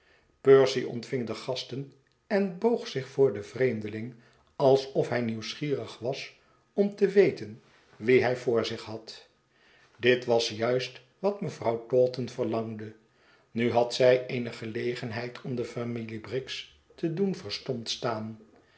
percy ontving de gasten en boog zich voor den vreemdeling alsof hij nieuwsgierig was om te weten wien hij voor zich had dit was juist wat mevrouw taunton verlangde nu had zij eene gelegenheid om de familie briggs te doen verstomd staan